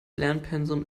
lernpensum